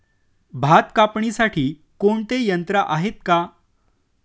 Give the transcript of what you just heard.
भात कापणीसाठी कोणते यंत्र आहेत का?